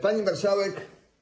Pani Marszałek!